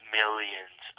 millions